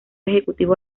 ejecutivo